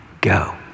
go